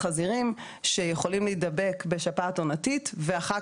חזירים יכולים להידבק בשפעת עונתית ואחר